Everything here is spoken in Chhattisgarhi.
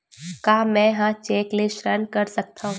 का मैं ह चेक ले ऋण कर सकथव?